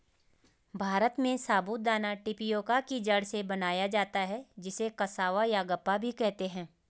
भारत में साबूदाना टेपियोका की जड़ से बनाया जाता है जिसे कसावा यागप्पा भी कहते हैं